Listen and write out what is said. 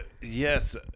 Yes